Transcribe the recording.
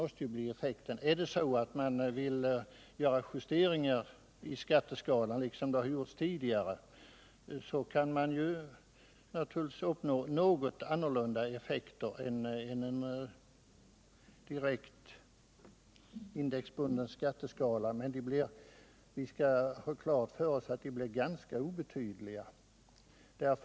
8 mars 1978 Vill man göra justeringar i skatteskalan liksom det har gjorts tidigare kan man naturligtvis uppnå något annorlunda effekter än med en direkt indexbunden skatteskala, men vi skall ha klart för oss att de blir ganska obetydliga.